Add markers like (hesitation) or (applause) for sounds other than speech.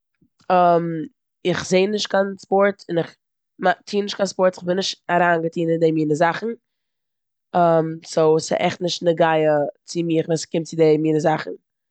(hesitation) איך זע נישט קיין ספארטס און כ'מא- טוה נישט קיין ספארטס, כ'בין נישט אריינגעטון אן די מינע זאכן. (hesitation) סאו ס'עכט נישט נוגע צו מיך ווען ס'קומט צו די מינע זאכן.